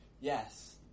Yes